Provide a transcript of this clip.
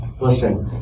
Listen